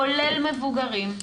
כולל מבוגרים,